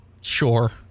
Sure